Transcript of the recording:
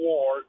War